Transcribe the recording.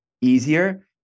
easier